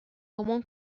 común